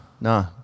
nah